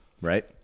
right